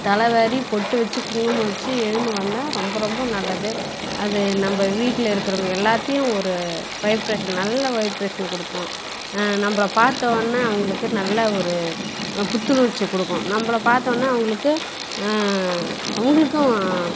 தலைவாரி பொட்டு வச்சு குங்குமம் வச்சு எழுந்து வந்தால் ரொம்ப ரொம்ப நல்லது அது நம்ம வீட்டில் இருக்கிறவங்க எல்லாத்தையும் ஒரு வைப்ரேஷன் நல்ல வைப்பரேஷன் கொடுக்கும் நம்மள பார்த்தோன அவங்களுக்கு நல்ல ஒரு புத்துணர்ச்சியை கொடுக்கும் நம்மள பார்த்தோன அவங்களுக்கும் அவங்களுக்கும்